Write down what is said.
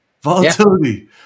volatility